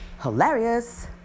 Hilarious